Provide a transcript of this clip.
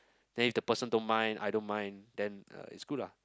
then if the person don't mind I don't mind then uh it's good lah